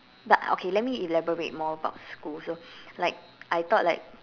but okay let me elaborate more about school so like I thought like